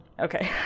Okay